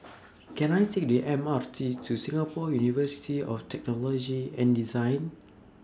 Can I Take The M R T to Singapore University of Technology and Design